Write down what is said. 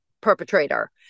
perpetrator